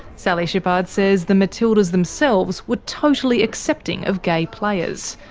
sally shipard says the matildas themselves were totally accepting of gay players.